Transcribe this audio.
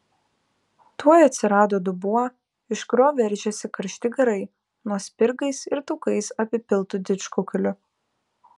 tuoj atsirado dubuo iš kurio veržėsi karšti garai nuo spirgais ir taukais apipiltų didžkukulių